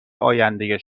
آینده